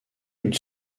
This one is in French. une